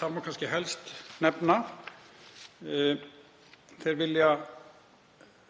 þar má kannski helst nefna að hún vill